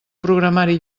programari